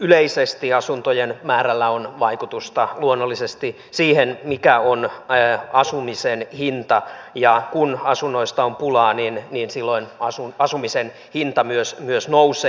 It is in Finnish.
yleisesti asuntojen määrällä on luonnollisesti vaikutusta siihen mikä on asumisen hinta ja kun asunnoista on pulaa niin silloin asumisen hinta myös nousee